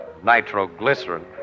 Nitroglycerin